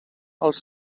als